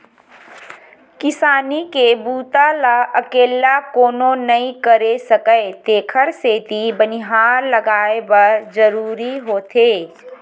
किसानी के बूता ल अकेल्ला कोनो नइ कर सकय तेखर सेती बनिहार लगये बर जरूरीच होथे